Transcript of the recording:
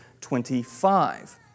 25